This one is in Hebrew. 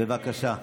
בבקשה.